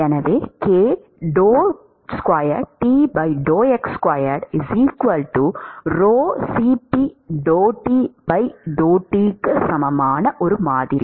எனவே க்கு சமமான ஒரு மாதிரி